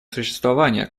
существования